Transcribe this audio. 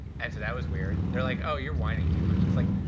and so that was weird. they're like, oh, you're whining too much. it's like,